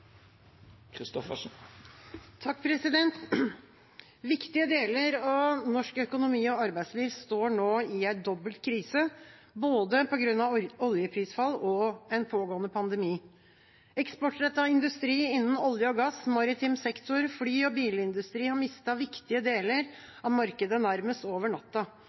Viktige deler av norsk økonomi og arbeidsliv står nå i en dobbelt krise, på grunn av både oljeprisfall og en pågående pandemi. Eksportrettet industri innen olje og gass, maritim sektor og fly- og bilindustri har mistet viktige deler av markedet nærmest over natta.